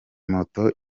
moto